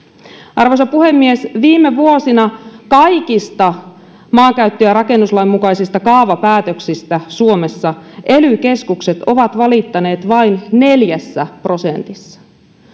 arvoisa puhemies viime vuosina kaikista maankäyttö ja rakennuslain mukaisista kaavapäätöksistä suomessa ely keskukset ovat valittaneet vain neljässä prosentissa